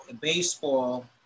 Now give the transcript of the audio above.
baseball